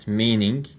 meaning